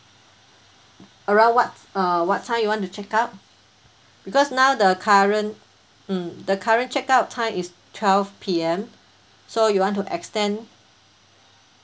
around what uh what time you want to check out because now the current mm the current check out time is twelve P_M so you want to extend